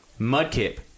Mudkip